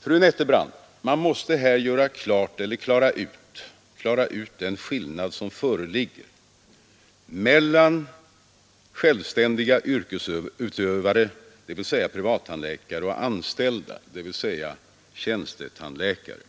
Fru Nettelbrandt, man måste här klara ut den skillnad som föreligger mellan självständiga yrkesutövare, dvs. privattandläkare, och anställda, dvs. tjänstetandläkare.